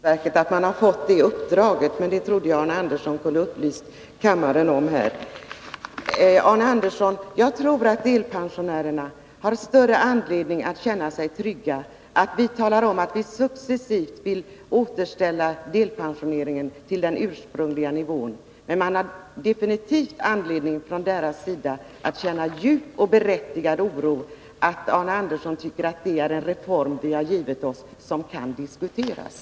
Herr talman! Jag har inte sett, av någon förteckning inom riksförsäkringsverket, att man har fått detta uppdrag, och jag trodde att Arne Andersson i Gustafs skulle kunna upplysa kammaren om detta. Jag tror att delpensionärerna har större anledning att känna sig trygga om man talar om att vi successivt vill återställa delpensioneringen till den ursprungliga nivån. Men de har definitivt anledning att känna djup oro över att Arne Andersson tycker att detta är en reform som kan diskuteras.